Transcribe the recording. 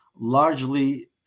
largely